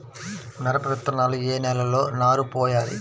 మిరప విత్తనాలు ఏ నెలలో నారు పోయాలి?